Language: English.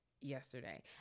yesterday